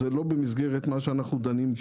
זה לא במסגרת מה שאנחנו דנים פה.